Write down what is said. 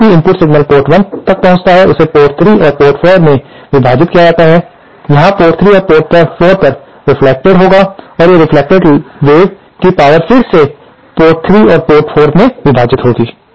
अब जो भी इनपुट सिग्नल पोर्ट 1 तक पहुंचता है उसे पोर्ट 3 और पोर्ट 4 में विभाजित किया जाएगा यहां पोर्ट 3 और पोर्ट 4 पर रेफ्लेक्ट होगा और ये रेफ्लेक्टेड लहरें की पावर फिर से पोर्ट 3 और पोर्ट 4 में विभाजित होंगी